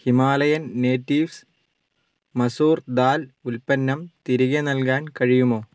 Himalayan Natives masoor dal ഉൽപ്പന്നം തിരികെ നൽകാൻ കഴിയുമോ